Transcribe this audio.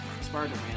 Spider-Man